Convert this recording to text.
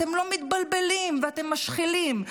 אתם לא מתבלבלים ואתם משחילים,